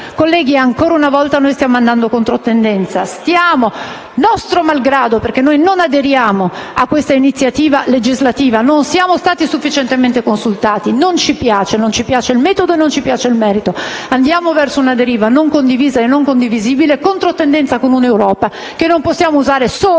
Colleghi, ancora una volta stiamo andando in controtendenza, nostro malgrado, perché noi non aderiamo a questa iniziativa legislativa: non siamo stati sufficientemente consultati, non ci piace il metodo e non ci piace il merito, e andiamo verso una deriva non condivisa e non condivisibile, in controtendenza rispetto a un'Europa che non possiamo usare solo quando